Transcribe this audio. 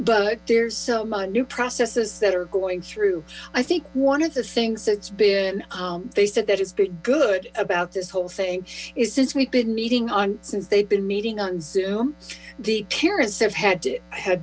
but there's so much new processes that are going through i think one of the things that's been they said that has been good about this whole thing is since we've been meeting on since they'd been meeting on zoom the parents have had to